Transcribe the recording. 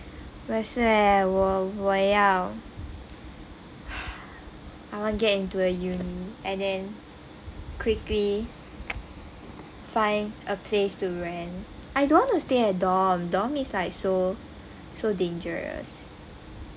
我也是耶我我要 I want get into a uni and then quickly find a place to rent I don't want to stay at dorm dorm is like so so dangerous